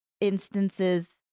instances